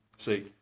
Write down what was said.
See